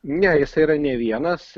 ne jisai yra ne vienas